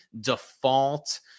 default